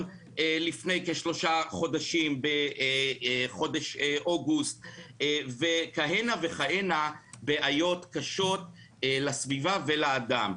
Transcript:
לפני כשלושה חודשים בחודש אוגוסט וכהנה וכהנה בעיות קשות לסביבה ולאדם.